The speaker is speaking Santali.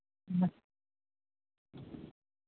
ᱦᱩᱸ